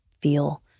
feel